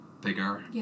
bigger